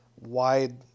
wide